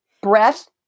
Breath